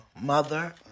mother